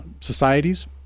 societies